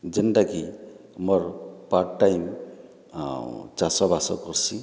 ଯେନ୍ଟାକି ମୋର୍ part time ଆଉ ଚାଷବାସ କର୍ସିଁ